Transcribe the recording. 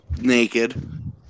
Naked